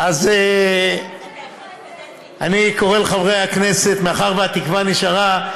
אז אני קורא לחברי הכנסת: מאחר שהתקווה נשארה,